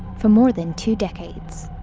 for more than two decades.